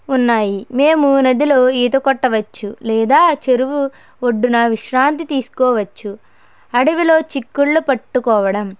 ఉన్నాయి మేము నదిలో ఈత కొట్టవచ్చు లేదా చెరువు ఒడ్డున విశ్రాంతి తీసుకోవచ్చు అడవిలో చిక్కుళ్ళు పట్టుకోవడం